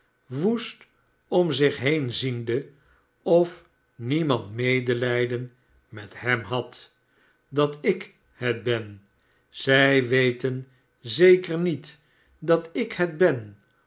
woest om zich heen ziende of niemand medelijden met hem had dat ik het ben zij weten zeker niet dat ik het ben